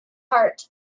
heart